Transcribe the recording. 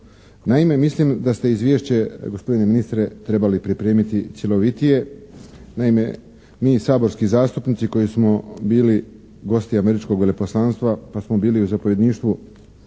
Naime, mislim da ste izvješće gospodine ministre trebali pripremiti cjelovitije. Naime, mi saborski zastupnici koji smo bili gosti američkog veleposlanstva pa smo bili u NATO zapovjedništvo